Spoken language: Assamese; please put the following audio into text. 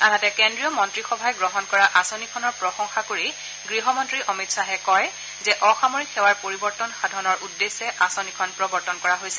আনহাতে কেন্দ্ৰীয় মন্ত্ৰীসভাই গ্ৰহণ কৰা আঁচনিখনৰ প্ৰশংসা কৰি গৃহমন্ত্ৰী অমিত শ্বাহে কয় যে অসামৰিক সেৱাৰ পৰিৱৰ্তন সাধনৰ উদ্দেশ্যে আঁচনিখন প্ৰৱৰ্তন কৰা হৈছিল